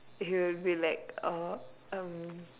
he will be like uh um